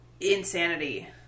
insanity